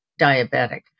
diabetic